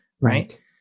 right